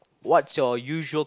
what's your usual